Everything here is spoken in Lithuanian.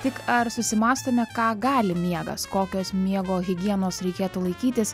tik ar susimąstome ką gali miegas kokios miego higienos reikėtų laikytis